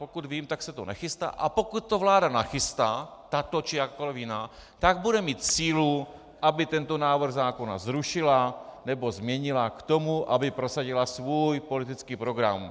Pokud vím, tak se to nechystá, a pokud to vláda nachystá, tato či jakákoliv jiná, tak bude mít sílu, aby tento návrh zákona zrušila nebo změnila k tomu, aby prosadila svůj politický program.